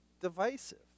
divisive